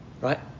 right